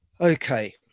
Okay